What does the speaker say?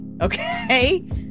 Okay